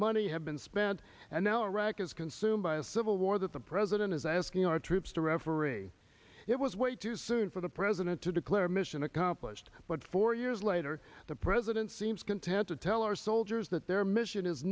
money have been spent and now iraq is consumed by a civil war that the president is asking our troops to referee it was way too soon for the president to declare mission accomplished but four years later the president seems content to tell our soldiers that their mission is